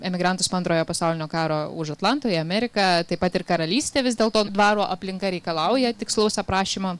emigrantus po antrojo pasaulinio karo už atlanto į ameriką taip pat ir karalystė vis dėlto dvaro aplinka reikalauja tikslaus aprašymo